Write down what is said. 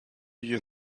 you